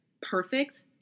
perfect